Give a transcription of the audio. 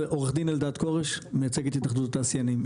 עו"ד אלדד כורש מייצג את התאחדות התעשיינים,